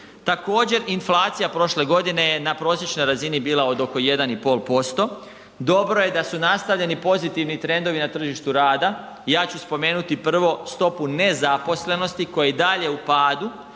Također inflacija prošle godine je na prosječnoj razini bila od oko 1,5%. Dobro je da su nastavljeni pozitivni trendovi na tržištu rada. Ja ću spomenuti prvo stopu nezaposlenosti koji je i dalje u padu,